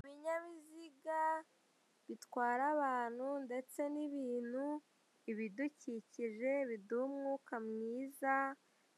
Ibinyabiziga bitwara abantu ndetse n'ibintu ibidukikije biduha umwuka mwiza